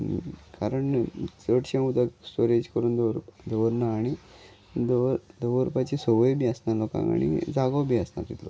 कारण चडशें उदक स्टोरेज करून दवर दवरना आनी दवर दवरपाची संवय बी आसना लोकांक आनी जागो बी आसना तितलो